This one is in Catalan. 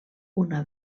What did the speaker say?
una